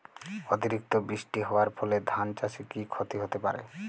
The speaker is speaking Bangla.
অতিরিক্ত বৃষ্টি হওয়ার ফলে ধান চাষে কি ক্ষতি হতে পারে?